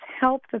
help